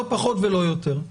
לא פחות ולא יותר.